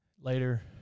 later